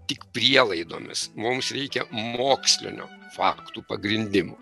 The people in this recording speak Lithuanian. tik prielaidomis mums reikia mokslinių faktų pagrindimų